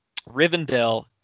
Rivendell